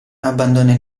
abbandona